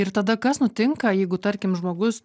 ir tada kas nutinka jeigu tarkim žmogus